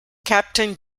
captain